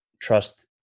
trust